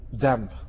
damp